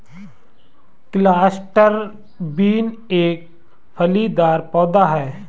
cluster bean एक फलीदार पौधा है